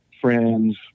friends